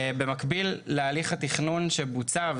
במקביל להליך התכנון שבוצע,